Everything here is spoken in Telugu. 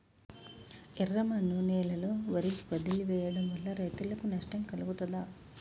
ఎర్రమన్ను నేలలో వరి వదిలివేయడం వల్ల రైతులకు నష్టం కలుగుతదా?